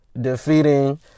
defeating